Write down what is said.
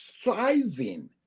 striving